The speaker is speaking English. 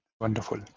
Wonderful